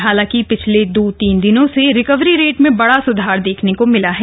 हालांकि पिछले दो तीन दिनों से रिकवरी रेट में बड़ा सुधार देखने को मिला है